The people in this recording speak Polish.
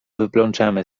wyplączemy